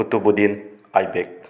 ꯀꯨꯇꯨꯕꯨꯗꯤꯟ ꯑꯥꯏꯕꯦꯛ